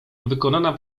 wykonana